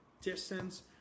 distance